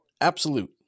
Absolute